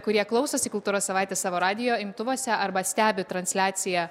kurie klausosi kultūros savaitės savo radijo imtuvuose arba stebi transliaciją